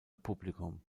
publikum